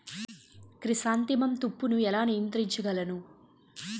Chrysanthemum తప్పును ఎలా నియంత్రించగలను?